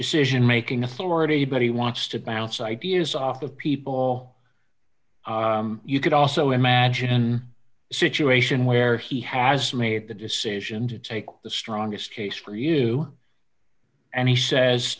decision making authority but he wants to bounce ideas off of people you could also imagine a situation where he has made the decision to take the strongest case for you and he says